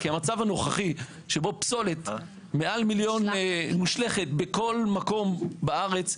כי המצב הנוכחי שבו פסולת מושלכת בכל מקום בארץ,